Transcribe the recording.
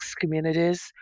communities